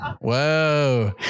Whoa